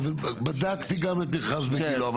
בדקתי גם את המכרז בגילה.